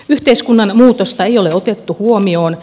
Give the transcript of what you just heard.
yhteiskunnan muutosta ei ole otettu huomioon